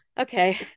Okay